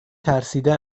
ترسیده